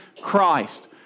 Christ